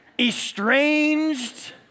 estranged